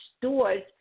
stores